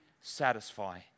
satisfy